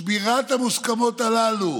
שבירת המוסכמות הללו